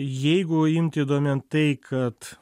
jeigu imti domėn tai kad